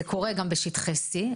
זה קורה גם בשטחי C,